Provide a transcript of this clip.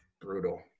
brutal